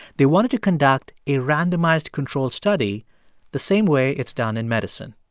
they wanted to conduct a randomized controlled study the same way it's done in medicine.